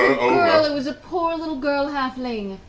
girl, it was a poor little girl halfling.